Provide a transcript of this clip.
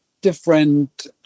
different